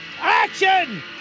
Action